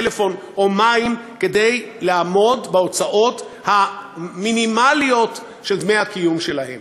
טלפון או מים כדי לעמוד בהוצאות המינימליות של דמי הקיום שלהם.